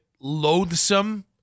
loathsome